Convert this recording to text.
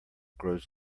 grows